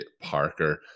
Parker